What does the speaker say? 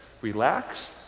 relax